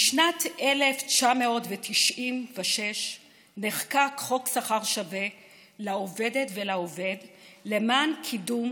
בשנת 1996 נחקק חוק שכר שווה לעובדת ולעובד למען קידום